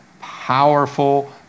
powerful